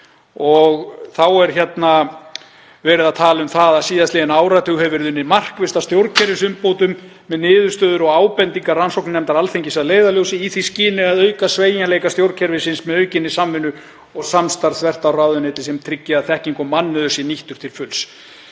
Þá er verið að tala um það að síðastliðinn áratug hafi verið unnið markvisst að stjórnkerfisumbótum með niðurstöður og ábendingar rannsóknarnefndar Alþingis að leiðarljósi í því skyni að auka sveigjanleika stjórnkerfisins með aukinni samvinnu og samstarfi þvert á ráðuneyti sem tryggja að þekking og mannauður sé nýttur til fulls.